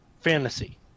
fantasy